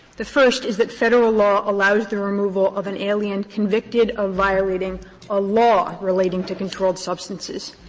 the first is that federal law allows the removal of an alien convicted of violating a law relating to controlled substances,